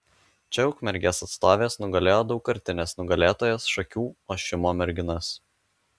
čia ukmergės atstovės nugalėjo daugkartines nugalėtojas šakių ošimo merginas